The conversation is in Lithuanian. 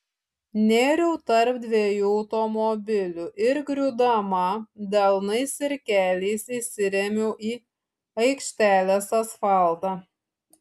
nėriau tarp dviejų automobilių ir griūdama delnais ir keliais įsirėmiau į aikštelės asfaltą